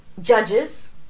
judges